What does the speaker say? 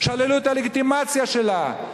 שללו את הלגיטימציה שלה,